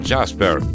Jasper